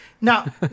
Now